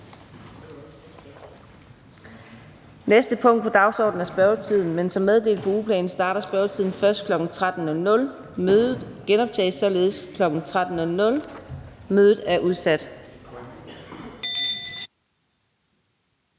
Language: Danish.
næste punkt på dagsordenen er spørgetiden, men som meddelt på ugeplanen starter spørgetiden først kl. 13.00. Mødet genoptages således kl. 13.00. Mødet er udsat.